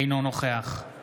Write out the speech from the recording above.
אינו נוכח נוכח,